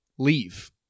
Leave